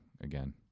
again